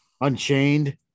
Unchained